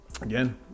again